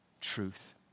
truth